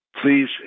Please